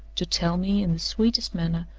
to tell me, in the sweetest manner,